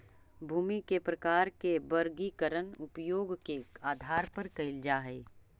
भूमि के प्रकार के वर्गीकरण उपयोग के आधार पर कैल जा हइ